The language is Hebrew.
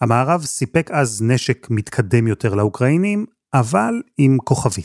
המערב סיפק אז נשק מתקדם יותר לאוקראינים, אבל עם כוכבית.